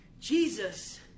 Jesus